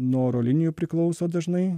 nuo oro linijų priklauso dažnai